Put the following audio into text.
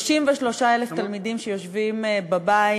33,000 תלמידים שיושבים בבית,